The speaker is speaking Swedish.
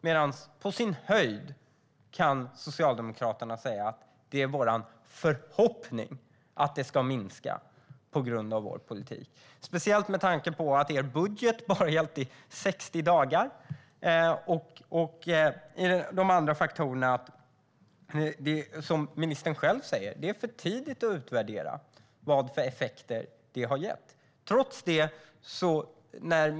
Men på sin höjd kan ni säga att det är er förhoppning att den ska minska på grund av er politik, speciellt med tanke på att er budget bara gällt i 60 dagar. Som ministern själv säger är det för tidigt att utvärdera vad för effekter det här har gett.